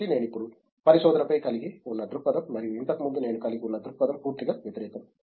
కాబట్టి నేను ఇప్పుడు పరిశోధనపై కలిగి ఉన్న దృక్పథం మరియు ఇంతకు ముందు నేను కలిగి ఉన్న దృక్పథం పూర్తిగా వ్యతిరేకం